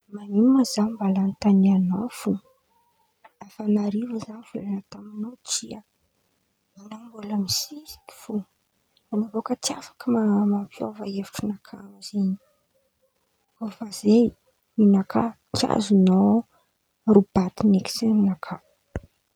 Man̈ino ma zaho mbala an̈otan̈ianao fo afa an̈arivo za mivolan̈a tamin̈ao tsia en̈ao mbala misisiky fo, an̈ao baka tsy afaka mampiova hevitry nakà amizen̈y koa fa Zay ninakà tsy azon̈ao robatin̈y eky sain̈inaka.